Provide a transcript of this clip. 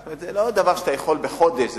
זה לא דבר שאתה יכול לבדוק בחודש,